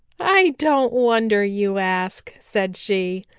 i don't wonder you ask, said she.